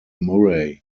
murray